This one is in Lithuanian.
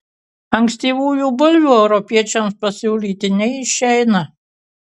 ankstyvųjų bulvių europiečiams pasiūlyti neišeina